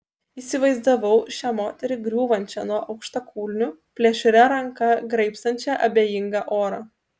įsivaizdavau šią moterį griūvančią nuo aukštakulnių plėšria ranka graibstančią abejingą orą